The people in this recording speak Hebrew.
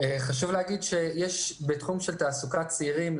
חשוב להגיד שבתחום של תעסוקת צעירים,